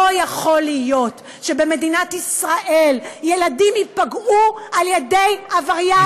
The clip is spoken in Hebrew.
לא יכול להיות שבמדינת ישראל ילדים ייפגעו על ידי עבריין מין.